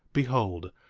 behold,